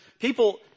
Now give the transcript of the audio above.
People